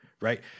right